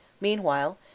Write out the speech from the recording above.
Meanwhile